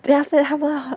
then after that 他不知道